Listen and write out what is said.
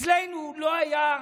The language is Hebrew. אצלנו לא הייתה